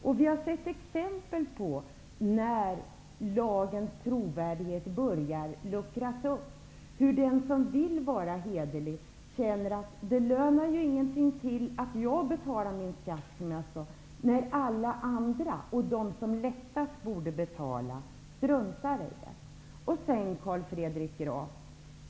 Vi har sett exempel, när lagens trovärdighet börjat luckras upp, på att den som vill vara hederlig känner att det inte tjänar någonting till att han betalar sin skatt, när alla andra -- och de som lättast borde kunna betala -- struntar i det.